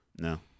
No